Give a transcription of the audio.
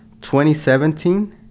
2017